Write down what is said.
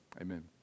Amen